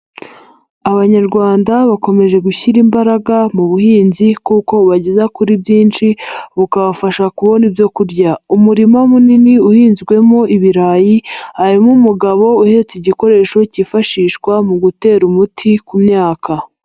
Abanyarwanda bakomeje gushyira imbaraga mu buhinzi kuko bageza kuri byinshi bukabafasha kubona ibyo kurya, umurima munini uhinzwemo ibirayi, harimo umugabo uhetse igikoresho cyifashishwa mu gutera umuti ku myaka.